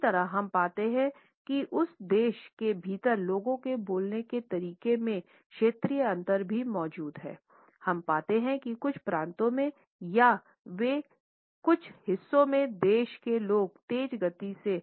उसी तरह हम पाते हैं कि उसी देश के भीतर लोगों के बोलने के तरीके में क्षेत्रीय अंतर भी मौजूद है